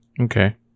Okay